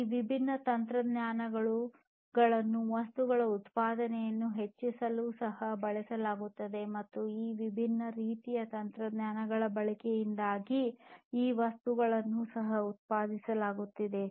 ಈ ವಿಭಿನ್ನ ತಂತ್ರಜ್ಞಾನಗಳನ್ನು ವಸ್ತುಗಳ ಉತ್ಪಾದನೆಯನ್ನು ಹೆಚ್ಚಿಸುವ ಸಲುವಾಗಿ ಬಳಸಲಾಗುತ್ತದೆ ಮತ್ತು ಈ ವಿಭಿನ್ನ ರೀತಿಯ ತಂತ್ರಜ್ಞಾನಗಳ ಬಳಕೆಯಿಂದಾಗಿ ಈ ವಸ್ತುಗಳನ್ನು ಸಹ ಉತ್ಪಾದಿಸಲಾಗುತ್ತಿದೆ